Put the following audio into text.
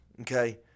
okay